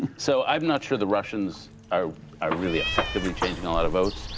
so i'm not sure the russians are ah really effectively changing a lot of votes.